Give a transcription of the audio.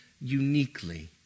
uniquely